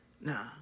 Nah